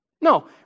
No